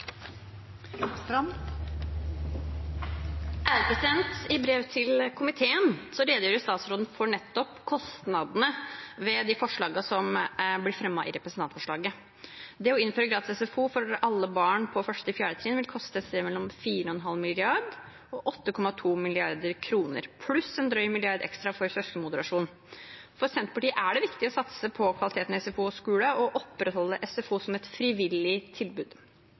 kostnadene ved de forslagene som blir fremmet i representantforslaget. Det å innføre gratis SFO for alle barn på 1.–4. trinn vil koste et sted mellom 4,5 mrd. kr og 8,2 mrd. kr pluss en drøy milliard ekstra for søskenmoderasjon. For Senterpartiet er det viktig å satse på kvaliteten i SFO og skole og å opprettholde SFO som et frivillig tilbud.